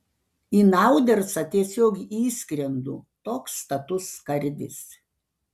į naudersą tiesiog įskrendu toks status skardis